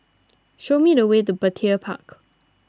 show me the way to Petir Park